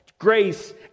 Grace